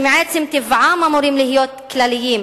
שמעצם טבעם אמורים להיות כלליים,